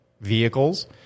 vehicles